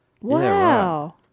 Wow